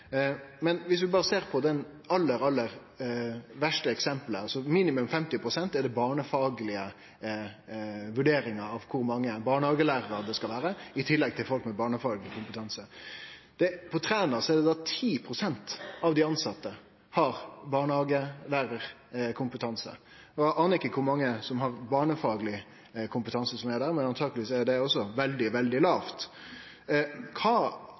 på det aller verste eksemplet. Minimum 50 pst. er den barnefaglege vurderinga av kor mange barnehagelærarar det skal vere i tillegg til folk med barnefagleg kompetanse. På Træna har 10 pst. av dei tilsette barnehagelærarkompetanse, og eg anar ikkje kor mange som har barnefagleg kompetanse av dei som er der, men antakeleg er det også eit veldig lågt tal. Når statsråden ikkje ønskjer å gå inn på forslaget til SV, kva